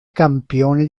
campione